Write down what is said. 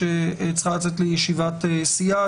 שצריכה לצאת לישיבת סיעה.